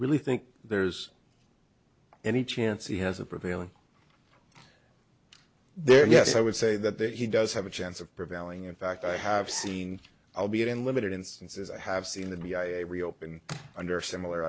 really think there's any chance he has a prevailing there yes i would say that that he does have a chance of prevailing in fact i have seen i'll be it in limited instances i have seen the b i a reopen under similar